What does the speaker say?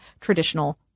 traditional